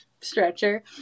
stretcher